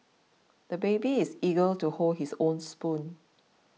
the baby is eager to hold his own spoon